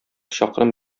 чакрым